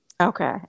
Okay